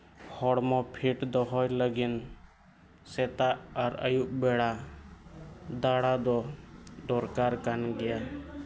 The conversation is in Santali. ᱦᱚᱲᱢᱚ ᱯᱷᱤᱴ ᱫᱚᱦᱚᱭ ᱞᱟᱹᱜᱤᱫ ᱥᱮᱛᱟᱜ ᱟᱨ ᱟᱹᱭᱩᱵ ᱵᱮᱲᱟ ᱫᱟᱲᱟ ᱫᱚ ᱫᱚᱨᱠᱟᱨ ᱠᱟᱱ ᱜᱮᱭᱟ